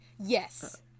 Yes